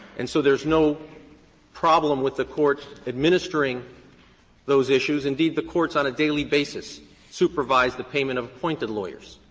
and so there's no problem with the court administering those issues. indeed, the courts on a daily basis supervise the payment of appointed lawyers.